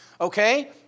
Okay